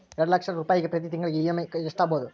ಎರಡು ಲಕ್ಷ ರೂಪಾಯಿಗೆ ಪ್ರತಿ ತಿಂಗಳಿಗೆ ಇ.ಎಮ್.ಐ ಎಷ್ಟಾಗಬಹುದು?